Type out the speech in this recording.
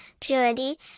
purity